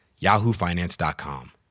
yahoofinance.com